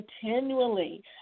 Continually